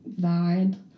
vibe